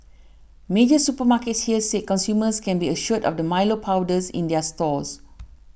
major supermarkets here said consumers can be assured of the Milo powder in their stores